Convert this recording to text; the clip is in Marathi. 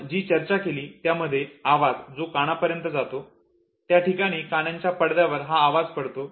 आपण जी चर्चा केली त्यामध्ये आवाज जो कानापर्यंत जातो त्या ठिकाणी कानांच्या पडद्यावर हा आवाज पडतो